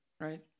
right